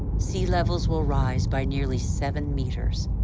sea levels will rise by nearly seven meters.